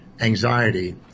anxiety